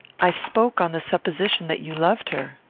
i spoke on the supposition that you loved her.